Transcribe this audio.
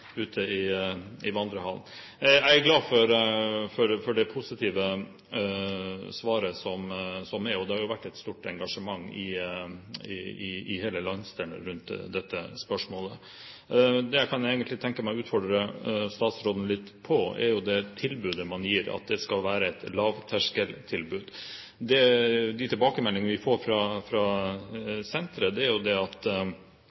ute i vandrehallen. Jeg er glad for det positive svaret, og det har jo vært et stort engasjement i hele landsdelen rundt dette spørsmålet. Det jeg egentlig kan tenke meg å utfordre statsråden litt på, er det tilbudet man gir, at det skal være et lavterskeltilbud. De tilbakemeldingene vi får fra senteret, er jo at